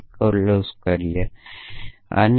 તો ક્લોઝ ફરીથી લખો